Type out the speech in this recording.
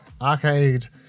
Arcade